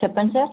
చెప్పండి సార్